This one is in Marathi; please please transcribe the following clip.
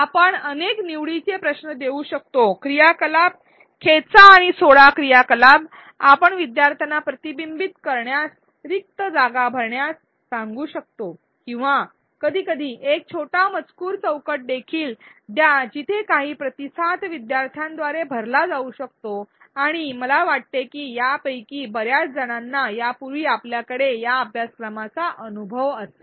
आपण अनेक निवडीचे प्रश्न खेचा आणि सोडा क्रियाकलाप देऊ शकतो आपण विद्यार्थ्यांना प्रतिबिंबित करण्यास रिक्त जागा भरण्यास सांगू शकतो किंवा कधीकधी एक छोटा मजकूर चौकट देखील द्या जिथे काही प्रतिसाद विद्यार्थ्यांद्वारे भरला जाऊ शकतो आणि मला वाटते की यापैकी बर्याच जणांना यापूर्वी आपल्याकडे या अभ्यासक्रमाचा अनुभव असेल